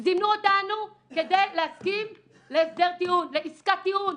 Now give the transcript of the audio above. זימנו אותנו כדי להסכים לעסקת טיעון,